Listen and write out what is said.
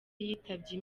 yitabye